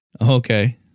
Okay